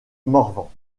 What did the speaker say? morvan